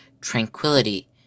tranquility